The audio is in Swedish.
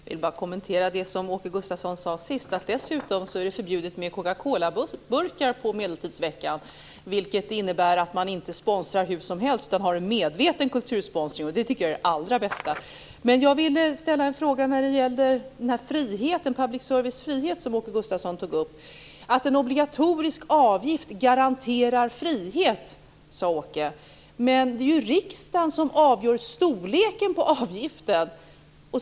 Fru talman! Jag vill först bara kommentera det som Åke Gustavsson sade sist. Det är dessutom förbjudet med Coca-Colaburkar på Medeltidsveckan. Det innebär att man inte sponsrar hur som helst utan har en medveten kultursponsring. Det tycker jag är det allra bästa. Jag vill ställa en fråga om public service-bolagens frihet, som Åke Gustavsson tog upp. En obligatorisk avgift garanterar frihet, sade Åke Gustavsson. Men det är ju riksdagen som avgör storleken på avgiften.